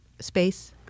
space